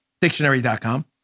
dictionary.com